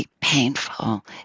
painful